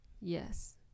yes